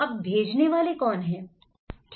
अब भेजने वाले कौन हैं